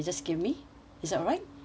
is that alright alright